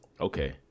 okay